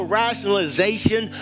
rationalization